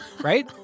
Right